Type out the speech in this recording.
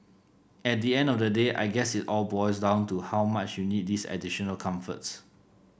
at the end of the day I guess it all boils down to how much you need these additional comforts